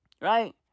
Right